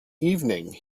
evening